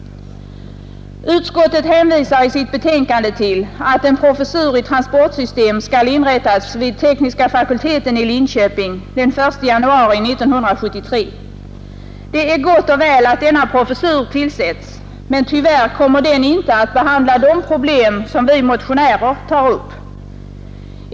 Utskottet hänvisar i sitt betänkande till att en professur i transportsystem skall inrättas vid tekniska fakulteten i Linköping den 1 januari 1973. Det är gott och väl att denna professur tillsätts, men tyvärr kommer den inte att behandla de problem som vi motionärer tar upp.